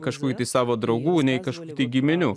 kažko eiti į savo draugų nei kažkokių giminių